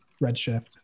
Redshift